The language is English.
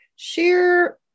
Share